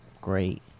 great